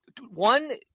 one